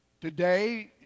Today